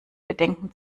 bedenken